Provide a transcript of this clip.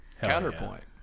Counterpoint